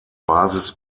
basis